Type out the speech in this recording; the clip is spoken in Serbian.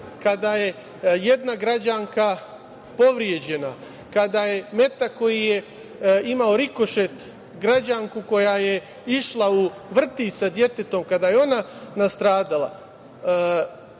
kada je jedna građanka povređena, kada je metak koji je imao rikošet, građanku koja je išla u vrtić sa detetom, kada je ona nastradala,